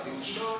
תנשום.